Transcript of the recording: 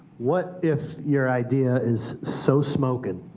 what if your idea is so smoking,